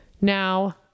Now